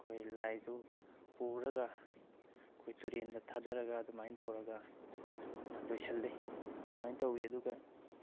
ꯑꯩꯈꯣꯏ ꯂꯥꯏꯗꯨ ꯄꯨꯔꯒ ꯑꯩꯈꯣꯏ ꯇꯨꯔꯦꯟꯗ ꯊꯥꯗꯔꯒ ꯑꯗꯨꯃꯥꯏꯅ ꯇꯧꯔꯒ ꯂꯣꯏꯁꯜꯂꯤ ꯁꯨꯃꯥꯏꯅ ꯇꯧꯏ ꯑꯗꯨꯒ